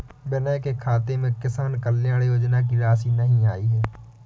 विनय के खाते में किसान कल्याण योजना की राशि नहीं आई है